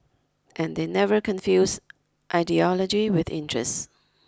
and they never confuse ideology with interest